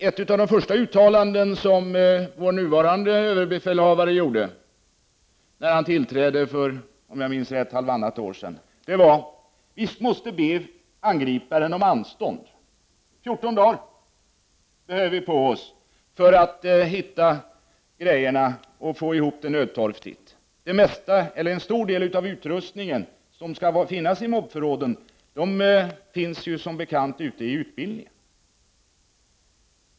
Ett av de första uttalanden som vår nuvarande överbefälhavare gjorde när han tillträdde för, om jag minns rätt, halvtannat år sedan var: Vi måste be angriparen om anstånd. Fjorton dagar behöver vi på oss för att hitta grejorna och få ihop det nödtorftigt. En stor del av utrustningen som skall finnas i mob-förråden finns som bekant ute i utbildningen.